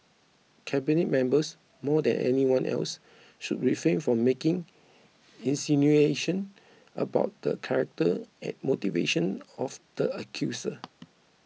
cabinet members more than anyone else should refrain from making insinuation about the character and motivation of the accuser